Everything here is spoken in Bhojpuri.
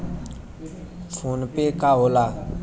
फोनपे का होला?